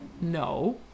No